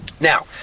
Now